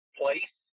place